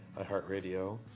iheartradio